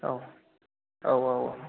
औ औ औ